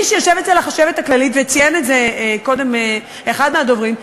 וציין את זה קודם אחד מהדוברים,